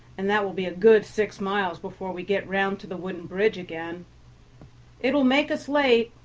and that will be a good six miles before we get round to the wooden bridge again it will make us late,